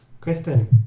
Kristen